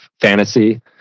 fantasy